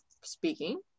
speaking